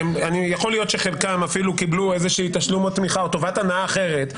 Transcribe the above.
שיכול להיות שחלקם אפילו קיבלו איזה תשלום ממך או טובת הנאה אחרת,